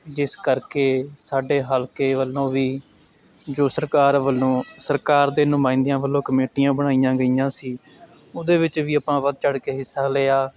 ਜਿਸ ਕਰਕੇ ਸਾਡੇ ਹਲਕੇ ਵੱਲੋਂ ਵੀ ਜੋ ਸਰਕਾਰ ਵੱਲੋਂ ਸਰਕਾਰ ਦੇ ਨੁਮਾਇੰਦਿਆਂ ਵੱਲੋਂ ਕਮੇਟੀਆਂ ਬਣਾਈਆਂ ਗਈਆਂ ਸੀ ਉਹਦੇ ਵਿੱਚ ਵੀ ਆਪਾਂ ਵੱਧ ਚੜ੍ਹ ਕੇ ਹਿੱਸਾ ਲਿਆ